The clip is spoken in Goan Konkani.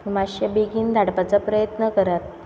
माश्शें बेगीन धाडपाचो प्रयत्न करात